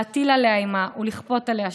להטיל עליה אימה ולכפות עליה שתיקה.